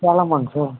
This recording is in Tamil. சேலமாங்க சார்